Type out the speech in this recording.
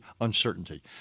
uncertainty